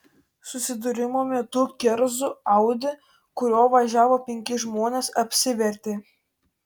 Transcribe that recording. susidūrimo metu kerzų audi kuriuo važiavo penki žmonės apsivertė